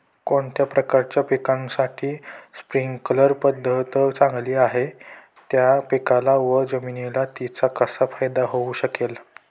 कोणत्या प्रकारच्या पिकासाठी स्प्रिंकल पद्धत चांगली आहे? त्या पिकाला व जमिनीला तिचा कसा फायदा होऊ शकेल?